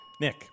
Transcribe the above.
Nick